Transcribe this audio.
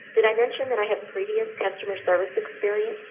did i mention that i have previous customer service experience,